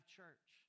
church